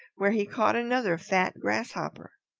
where he caught another fat grasshopper.